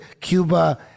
cuba